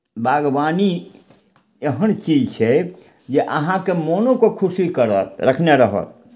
बागवानी एहन चीज छै जे अहाँके मोनोकेँ खुशी करत रखने रहत